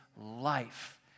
life